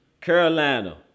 Carolina